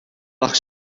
lag